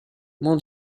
mon